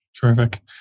Terrific